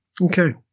Okay